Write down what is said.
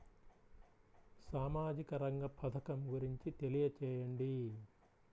సామాజిక రంగ పథకం గురించి తెలియచేయండి?